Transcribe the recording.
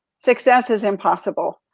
success is impossible,